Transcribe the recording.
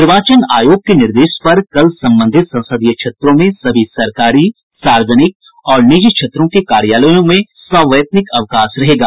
निर्वाचन आयोग के निर्देश पर कल संबंधित संसदीय क्षेत्रों में सभी सरकारी सार्वजनिक और निजी क्षेत्रों के कार्यालयों में सवैतनिक अवकाश रहेगा